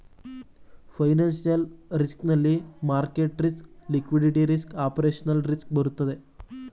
financial risk ನಲ್ಲಿ market risk, liquidity risk, operational risk ಬರುತ್ತದೆ